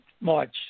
March